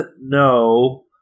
no